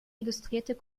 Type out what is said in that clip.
illustrierte